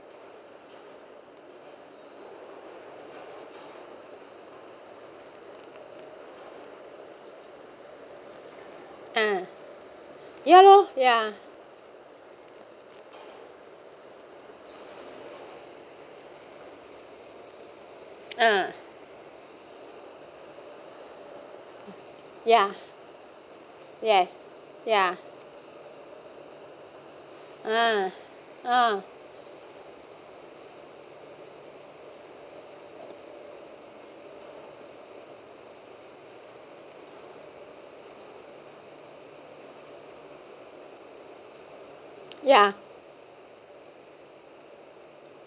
uh ya loh ya uh ya yes ya uh oh ya